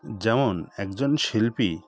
যেমন একজন শিল্পী